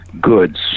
goods